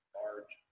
large